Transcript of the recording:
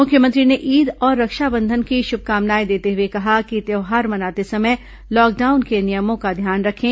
मुख्यमंत्री ने ईद और रक्षाबंधन की शुभकामनाएं देते हुए कहा कि त्यौहार मनाते समय लॉकडाउन के नियमों का ध्यान रखें